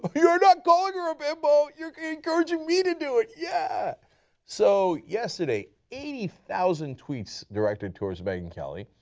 but you are not calling her a bimbo, you are encouraging me to do it. yeah so yesterday, eighty thousand tweets directed towards megyn kelly,